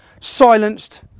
Silenced